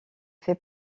fait